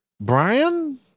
Brian